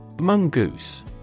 Mongoose